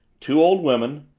two old women,